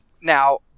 now